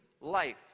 life